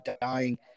dying